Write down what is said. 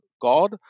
God